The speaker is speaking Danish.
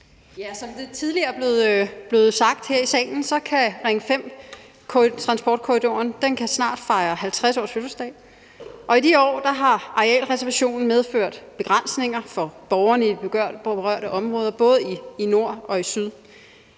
det tidligere er blevet sagt her i salen, kan Ring 5-transportkorridoren snart fejre 50-årsfødselsdag, og i de år har arealreservationen medført begrænsninger for borgerne i det berørte område, både i nord og i syd.